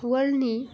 वार्ल्डनि